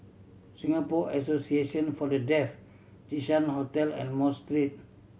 Singapore Association For The Deaf Jinshan Hotel and Mosque Street